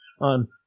on